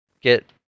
get